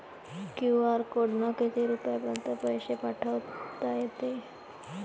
QR कोडनं किती रुपयापर्यंत पैसे पाठोता येते?